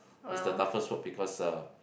is the toughest work because uh